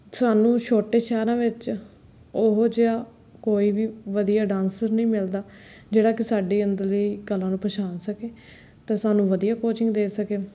ਸਾਨੂੰ ਛੋਟੇ ਸ਼ਹਿਰਾਂ ਵਿੱਚ ਉਹ ਜਿਹਾ ਕੋਈ ਵੀ ਵਧੀਆ ਡਾਂਸਰ ਨਹੀਂ ਮਿਲਦਾ ਜਿਹੜਾ ਕਿ ਸਾਡੀ ਅੰਦਰ ਦੀ ਕਲਾ ਨੂੰ ਪਛਾਣ ਸਕੇ ਅਤੇ ਸਾਨੂੰ ਵਧੀਆ ਕੋਚਿੰਗ ਦੇ ਸਕੇ